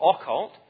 occult